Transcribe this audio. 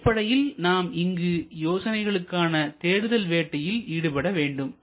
அடிப்படையில் நாம் இங்கு யோசனைகளுக்கான தேடுதல் வேட்டையில் ஈடுபட வேண்டும்